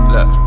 Look